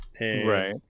Right